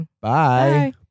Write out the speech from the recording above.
bye